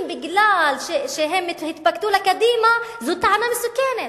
שהתמנו כי הם התפקדו לקדימה זו טענה מסוכנת.